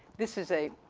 this is a,